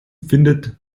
findet